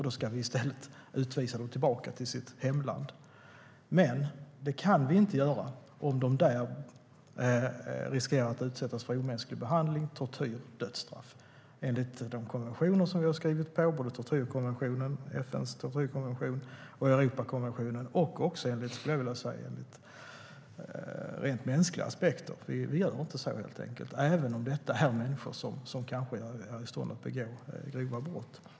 Då ska vi i stället utvisa dem tillbaka till sitt hemland. Det kan vi dock inte göra om de där riskeras att utsättas för omänsklig behandling, tortyr eller dödsstraff enligt de konventioner som vi har skrivit på - FN:s tortyrkonvention och Europakonventionen. Det handlar också, skulle jag vilja säga, om rent mänskliga aspekter. Vi gör inte så, helt enkelt, även om detta är människor som kanske är i stånd att begå grova brott.